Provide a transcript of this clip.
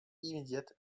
immédiate